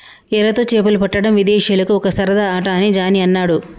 ఎరతో చేపలు పట్టడం విదేశీయులకు ఒక సరదా ఆట అని జానీ అన్నాడు